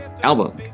Album